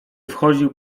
wchodził